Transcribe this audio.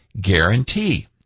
guarantee